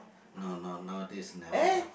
no no nowadays never watch